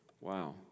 Wow